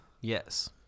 Yes